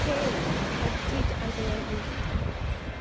hey head cheese అంటే ఏంటి